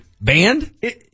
Banned